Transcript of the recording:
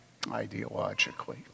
ideologically